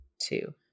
two